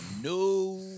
No